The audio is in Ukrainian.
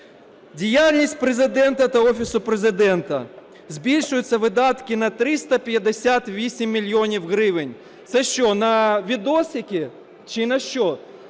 Діяльність Президента та Офісу Президента – збільшуються видатки на 358 мільйонів гривень. Це що на "видосики" чи на що?